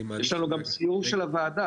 יש לנו גם סיור של הוועדה.